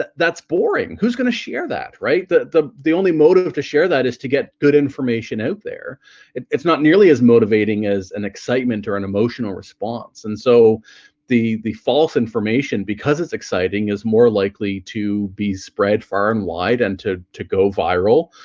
that's boring who's gonna share that right that the the only motive to share that is to get good information out there it's not nearly as motivating as an excitement or an emotional response and so the the false information because it's exciting is more likely to be spread far and wide and to to go viral.